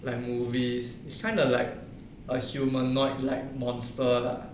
like movies kind of like like humanoid like monster lah